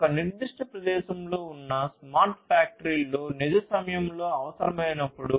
ఒక నిర్దిష్ట ప్రదేశంలో ఉన్న స్మార్ట్ ఫ్యాక్టరీలో నిజ సమయంలో అవసరమైనప్పుడు